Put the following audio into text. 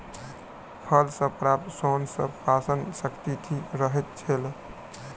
फल सॅ प्राप्त सोन सॅ पाचन शक्ति ठीक रहैत छै